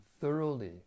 thoroughly